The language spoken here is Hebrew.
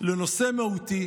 לנושא מהותי.